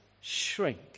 shrink